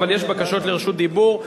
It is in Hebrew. אבל יש בקשות לרשות דיבור.